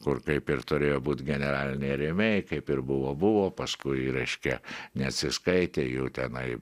kur kaip ir turėjo būt generaliniai rėmėjai kaip ir buvo buvo o paskui reiškia neatsiskaitė jų tenai